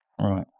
Right